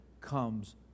comes